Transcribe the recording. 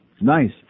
Nice